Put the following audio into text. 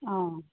অঁ